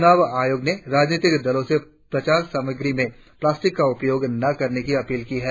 चूनाव आयोग ने राजनीतिक दलों से प्रचार सामाग्री में प्लास्टिक का उपयोग न करने की अपील की है